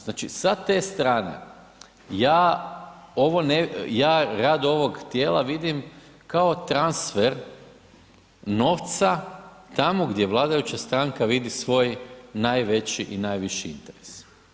Znači sa te strane ja ovo, ja rad ovog tijela vidim kao transfer novca tamo gdje vladajuća stranka vidi svoj najveći i najviši interes.